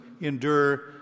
endure